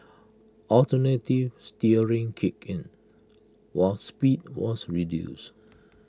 alternative steering kicked in was speed was reduced